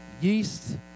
yeast